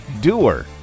Doer